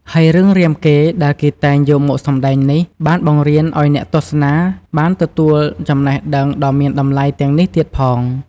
ហើយរឿងរាមកេរ្តិ៍ដែលគេតែងយកមកសម្តែងនេះ បានបង្រៀនឲ្យអ្នកទស្សនាបានទទួលចំណេះដឹងដ៏មានតម្លៃទាំងនេះទៀតផង។